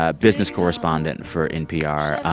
ah business correspondent for npr.